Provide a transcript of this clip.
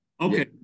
okay